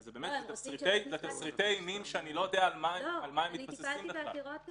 זה תסריטי אימים שאני לא יודע על מה הם מתבססים בכלל.